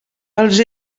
els